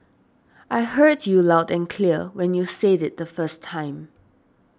I heard you loud and clear when you said it the first time